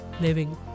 Living